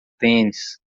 tênis